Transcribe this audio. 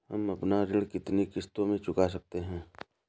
हम अपना ऋण कितनी किश्तों में चुका सकते हैं?